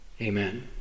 Amen